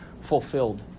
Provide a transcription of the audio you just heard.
fulfilled